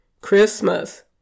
Christmas